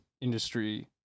industry